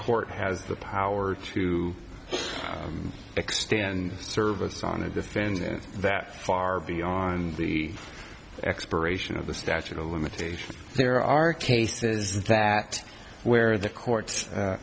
court has the power to extend service on a defendant that far beyond the expiration of the statute of limitations there are cases that where the court